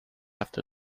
after